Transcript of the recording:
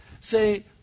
say